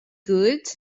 good